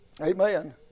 Amen